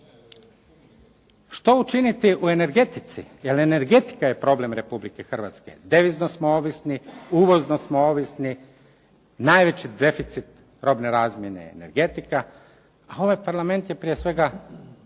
Što učiniti u energetici, jer energetika je problem Republike Hrvatske. Devizno smo ovisni, uvozno smo ovisni, najveći deficit robne razmjene je energetika. A ovaj Parlament je prije svega